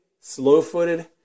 slow-footed